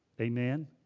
Amen